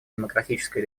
демократической